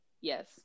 yes